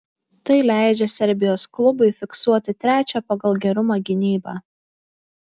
tai leidžia serbijos klubui fiksuoti trečią pagal gerumą gynybą